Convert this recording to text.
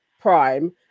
Prime